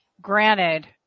granted